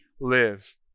live